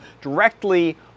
directly